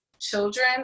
children